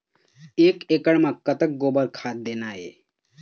एक एकड़ म कतक गोबर खाद देना ये?